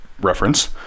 reference